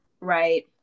Right